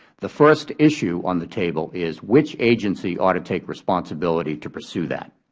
the first issue on the table is which agency ought to take responsibility to pursue that.